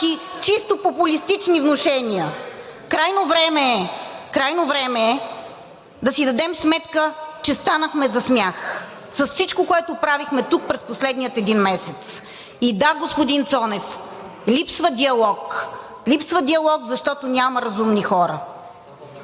чисто популистични внушения. Крайно време е, крайно време е да си дадем сметка, че станахме за смях с всичко, което правихме тук през последния един месец. Да, господин Цонев, липсва диалог. Липсва диалог, защото няма разумни хора.